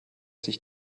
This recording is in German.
sich